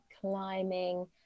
climbing